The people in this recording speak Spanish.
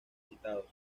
citados